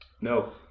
No